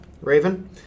Raven